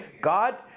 God